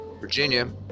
Virginia